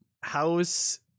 house